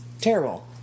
terrible